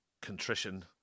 contrition